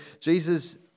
Jesus